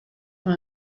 con